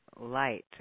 light